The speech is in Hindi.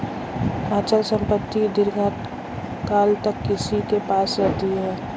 अचल संपत्ति दीर्घकाल तक किसी के पास रहती है